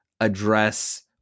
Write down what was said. address